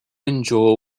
endure